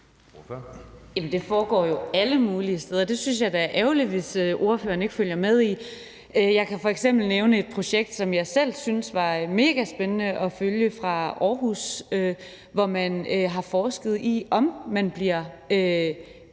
den foregår jo alle mulige steder. Det synes jeg da er ærgerligt hvis ordføreren ikke følger med i. Jeg kan f.eks. nævne et projekt, som jeg selv synes var megaspændende at følge, fra Aarhus, hvor man har forsket i, om man bliver